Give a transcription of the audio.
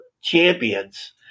champions